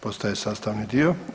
Postaje sastavni dio.